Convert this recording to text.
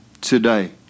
today